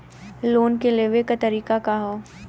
Loan के लेवे क तरीका का ह?